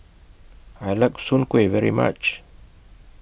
I like Soon Kuih very much